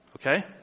Okay